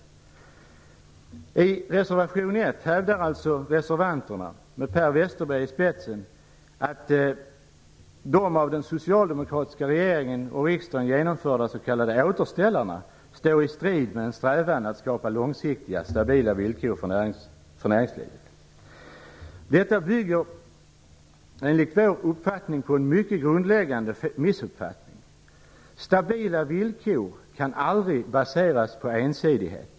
I reservation 1 hävdar reservanterna med Per Westerberg i spetsen att de av den socialdemokratiska regeringen och riksdagen genomförda s.k. återställarna står i strid med en strävan att skapa långsiktiga, stabila villkor för näringslivet. Detta bygger enligt vår uppfattning på en mycket grundläggande missuppfattning. Stabila villkor kan aldrig baseras på ensidighet.